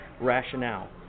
rationale